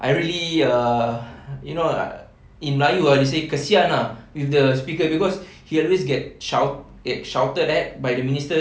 I really err you know in melayu ah they say kesian ah with the speaker cause he always get shout get shouted at by the ministers